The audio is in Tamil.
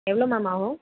எவ்வளோ மேம் ஆகும்